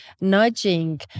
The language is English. nudging